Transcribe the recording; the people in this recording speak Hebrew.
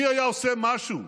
מי היה עושה משהו?